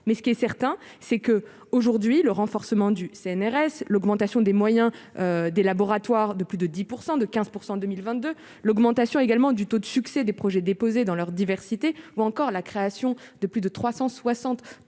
mais ce qui est certain, c'est que, aujourd'hui, le renforcement du CNRS, l'augmentation des moyens, des laboratoires de plus de 10 % de 15 % en 2022 l'augmentation également du taux de succès des projets déposés dans leur diversité, ou encore la création de plus de 360